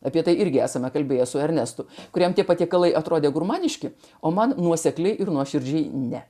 apie tai irgi esame kalbėję su ernestu kuriems tie patiekalai atrodė gurmaniški o man nuosekliai ir nuoširdžiai ne